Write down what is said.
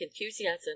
enthusiasm